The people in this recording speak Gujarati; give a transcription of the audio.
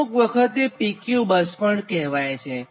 અમુક વખતે એ PQ બસ પણ કહેવાય છે